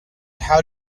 how